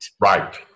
Right